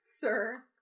sir